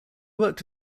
worked